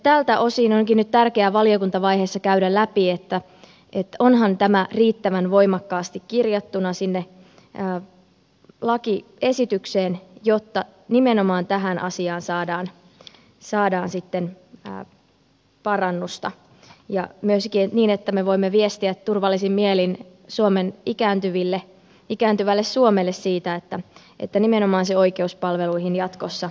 tältä osin onkin nyt tärkeää valiokuntavaiheessa käydä läpi että onhan tämä riittävän voimakkaasti kirjattuna sinne lakiesitykseen jotta nimenomaan tähän asiaan saadaan parannusta ja myöskin niin että me voimme viestiä turvallisin mielin ikääntyvälle suomelle siitä että nimenomaan se oikeus palveluihin jatkossa toteutuu